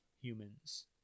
humans